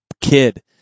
kid